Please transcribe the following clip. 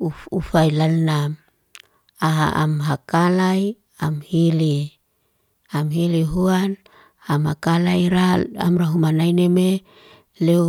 Uff ufai lanam, aa ham hakalay, am hili. Am hili huan, ham hakailaira amra huma nainime, leu